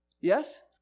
Yes